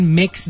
mix